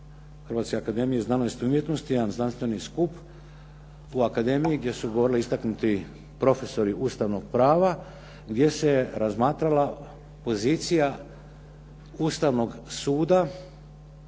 Hrvatske akademije znanosti i umjetnosti, jedan znanstveni skup u akademiji gdje su govorili istaknuti profesori ustavnog prava, gdje se razmatrala pozicija Ustavnog suda